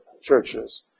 churches